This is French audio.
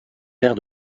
père